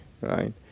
right